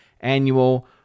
annual